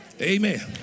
Amen